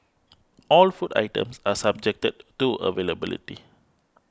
all the food items are subjected to availability